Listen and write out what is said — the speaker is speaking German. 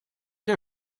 der